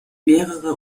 mehrere